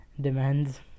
demands